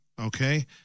okay